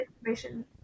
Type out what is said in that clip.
information